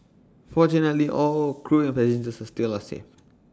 fortunately all crew and passengers are still are safe